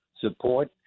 support